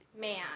Man